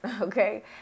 okay